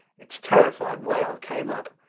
its terrified wail came up.